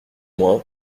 moi